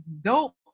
dope